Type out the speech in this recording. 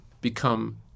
become